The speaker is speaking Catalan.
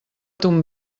ton